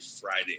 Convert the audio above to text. Friday